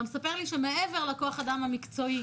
אתה מספר לי שמעבר לכוח האדם המקצועי